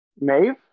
Maeve